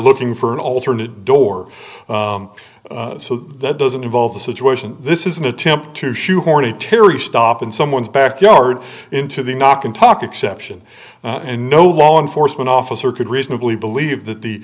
looking for an alternate door so that doesn't involve the situation this is an attempt to shoehorn a terry stop in someone's backyard into the knock and talk exception and no law enforcement officer could reasonably believe that the